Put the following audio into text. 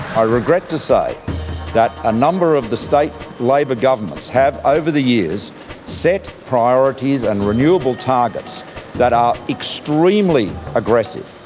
i regret to say that a number of the state labor governments have over the years set priorities and renewable targets that are extremely aggressive,